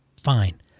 Fine